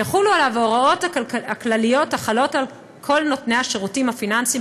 יחולו עליו ההוראות הכלליות החלות על כל נותני השירותים הפיננסיים,